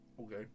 Okay